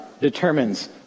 determines